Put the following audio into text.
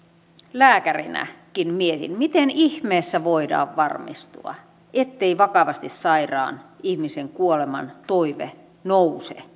lääkärinäkin mietin miten ihmeessä voidaan varmistua ettei vakavasti sairaan ihmisen kuoleman toive nouse